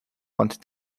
wanted